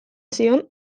zion